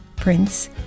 Prince